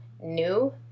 new